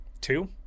Two